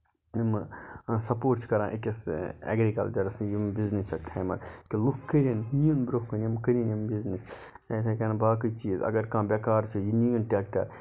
ییٚمہٕ سَپوٹ چھِ کران أکِس اٮ۪گرِکَلچَرَس یِم بِزنِس چھَکھ تھاومَژٕ کہِ لُکھ کٔرٕنۍ یِن برونہہ کُن یِم کٔرٕنۍ یِم بِزنِس یِتھے کَنۍ باقٕے چیٖز اَگر کانہہ بیکار چھُ یہِ نِیِن ٹیکٹر